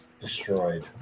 destroyed